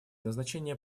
назначение